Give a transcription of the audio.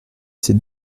s’est